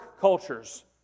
cultures